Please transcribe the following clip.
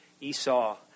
Esau